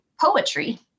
poetry